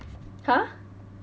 !huh!